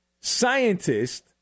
Scientist